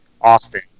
austin